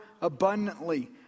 abundantly